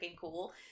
cool